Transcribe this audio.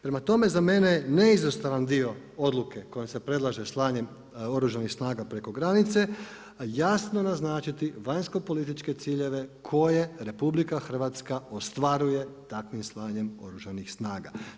Prema tome za mene neizostavan dio odluke kojom se predlaže slanje Oružanih snaga preko granice, jasno naznačiti vanjskopolitičke ciljeve koje RH ostvaruje takvim slanjem Oružanih snaga.